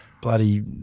bloody